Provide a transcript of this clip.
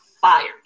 fired